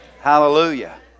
Hallelujah